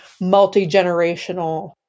multi-generational